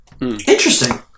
Interesting